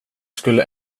skulle